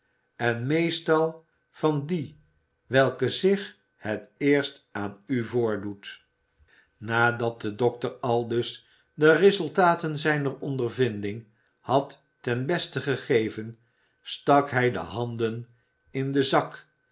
en meestal van die welke zich het eerst aan u voordoet nadat de dokter aldus de resultan zijner ondervinding had ten beste gegeven stak hij de handen in den zak